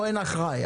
אין אחראי,